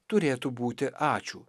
turėtų būti ačiū